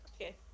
Okay